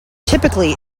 typically